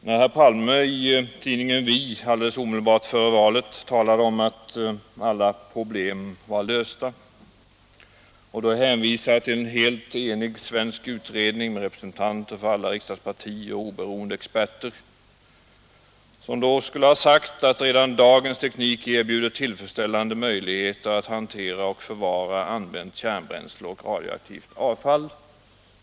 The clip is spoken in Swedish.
Omedelbart före valet talade herr Palme i tidningen Vi om att alla problem var lösta, och han hänvisade till en helt enig svensk utredning med representanter för alla riksdagspartier och med oberoende experter, som skulle ha sagt att redan dagens teknik erbjuder tillfredsställande möjligheter att hantera och förvara använt kärnbränsle och radioaktivt avfall.